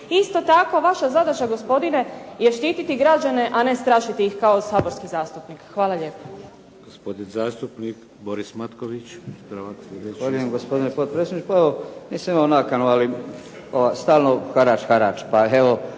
Isto tako, vaša zadaća gospodine je štititi građane a ne strašiti ih kao saborski zastupnik. Hvala lijepa.